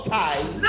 time